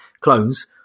clones